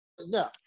No